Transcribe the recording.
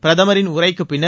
பிரதமரின் உரைக்குப் பின்னர்